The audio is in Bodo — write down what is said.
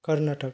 कर्नातक